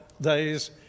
days